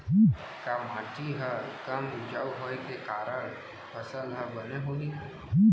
का माटी हा कम उपजाऊ होये के कारण फसल हा बने होही?